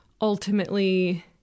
ultimately